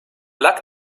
luck